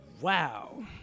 Wow